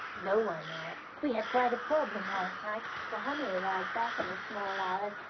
no one. i. we had quite a problem last night. mr. honey arrived back in the small hours.